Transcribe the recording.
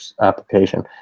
application